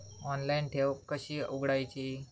Online ठेव कशी उघडायची?